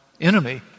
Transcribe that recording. enemy